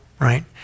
right